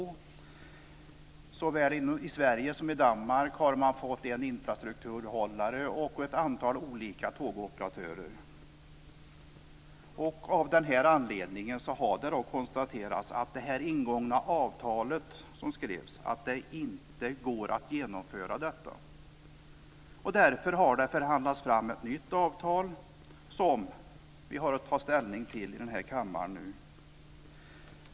Såväl i Sverige som i Danmark har man fått en del infrastrukturhållare och ett antal olika tågoperatörer. Av den anledningen har det konstaterats att det ingångna avtalet inte går att genomföra. Det har därför förhandlats fram ett nytt avtal som vi nu har att ta ställning till i denna kammare.